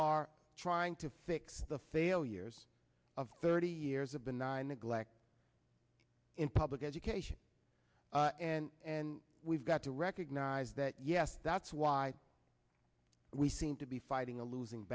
are trying to fix the failures of thirty years of benign neglect in public education and and we've got to recognize that yes that's why we seem to be fighting a losing